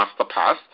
Masterpass